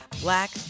Black